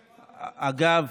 אגב,